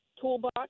toolbox